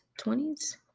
20s